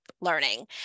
learning